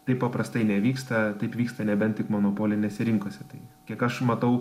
taip paprastai nevyksta taip vyksta nebent tik monopolinėse rinkose tai kiek aš matau